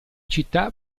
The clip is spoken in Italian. città